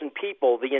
people